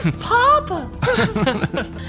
Papa